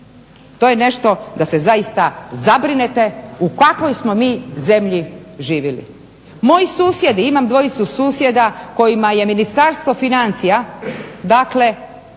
To je nešto da se zaista zabrinete u kakvoj smo mi zemlji živjeli. Moji susjedi, imam dvojicu susjeda kojima je Ministarstvo financija zbog